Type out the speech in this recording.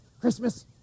Christmas